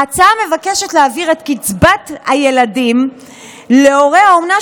ההצעה מבקשת להעביר את קצבת הילדים להורי האומנה,